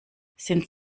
sind